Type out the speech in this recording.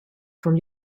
from